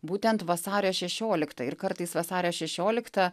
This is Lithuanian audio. būtent vasario šešiolikta ir kartais vasario šešiolikta